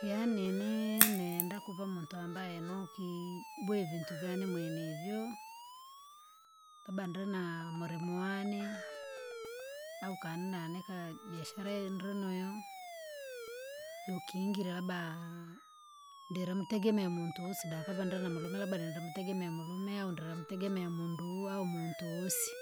Yaani nini nenda kuva mutu ambaye noki bwe vintu vyane mwenevyo, labda drina murimuwane, au kana naanika biashara indru noyo. Yukingira labda, ndirimtegemea muntu usida akava ndra namulume labda nindamtegemea mulume au ndi namtegemea munduu au muntu wosi,